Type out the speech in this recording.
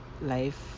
life